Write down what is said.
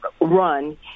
run